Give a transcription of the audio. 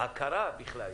ההכרה בכלל,